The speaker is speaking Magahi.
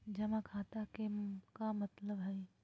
जमा खाता के का मतलब हई?